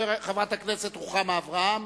חברת הכנסת רוחמה אברהם,